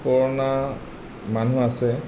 পুৰণা মানুহ আছে